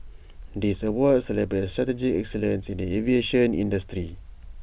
this awards celebrate strategic excellence in the aviation industry